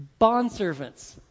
Bondservants